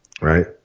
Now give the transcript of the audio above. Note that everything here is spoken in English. right